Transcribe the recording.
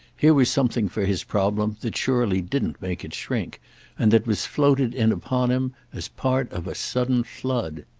here was something for his problem that surely didn't make it shrink and that was floated in upon him as part of a sudden flood.